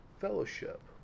fellowship